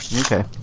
Okay